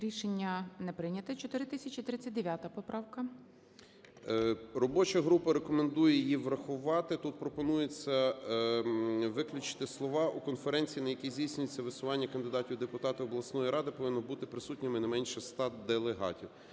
Рішення не прийнято. 4039 поправка. 16:10:29 СИДОРОВИЧ Р.М. Робоча група рекомендує її врахувати. Тут пропонується виключити слова "У конференції, на якій здійснюється висування кандидатів у депутати обласної ради, повинно бути присутніми не менше 100 делегатів".